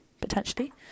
potentially